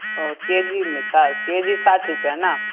ओ K G में साठ K G साठ रुपये है ना